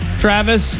travis